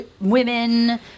women